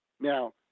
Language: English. Now